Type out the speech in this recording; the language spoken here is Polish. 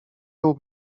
był